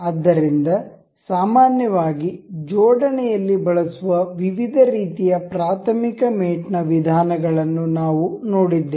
ಆದ್ದರಿಂದ ಸಾಮಾನ್ಯವಾಗಿ ಜೋಡಣೆ ಯಲ್ಲಿ ಬಳಸುವ ವಿವಿಧ ರೀತಿಯ ಪ್ರಾಥಮಿಕ ಮೇಟ್ ನ ವಿಧಾನಗಳನ್ನು ನಾವು ನೋಡಿದ್ದೇವೆ